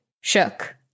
Shook